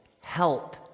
help